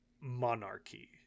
monarchy